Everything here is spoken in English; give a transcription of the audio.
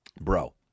Bro